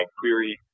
query